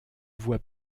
voie